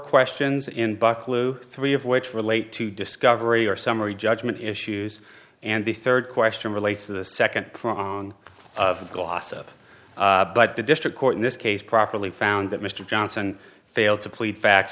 questions in buckelew three of which relate to discovery or summary judgment issues and the third question relates to the second prong of glossop but the district court in this case properly found that mr johnson failed to plead facts